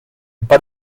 but